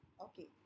Okay